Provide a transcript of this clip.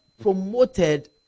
promoted